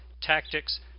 tactics